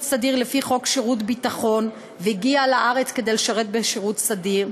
סדיר לפי חוק שירות ביטחון והגיע לארץ כדי לשרת בשירות סדיר.